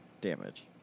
damage